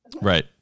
Right